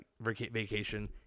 vacation